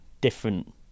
different